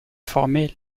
former